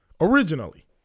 originally